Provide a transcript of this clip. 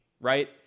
right